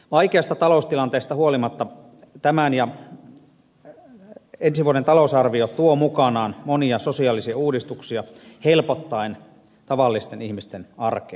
vaikeasta taloustilanteesta huolimatta tämän ja ensi vuoden talousarvio tuo mukanaan monia sosiaalisia uudistuksia helpottaen tavallisten ihmisten arkea